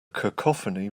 cacophony